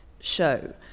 show